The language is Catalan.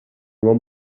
bon